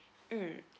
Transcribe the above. mm